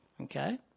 Okay